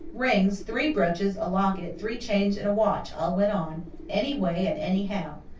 rings, three brooches, a locket, three chains and a watch all went on anyway and anyhow.